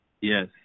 Yes